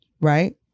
right